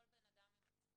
כל בן אדם בעל מצפון,